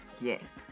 Yes